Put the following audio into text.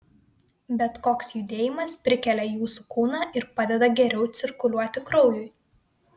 bet koks judėjimas prikelia jūsų kūną ir padeda geriau cirkuliuoti kraujui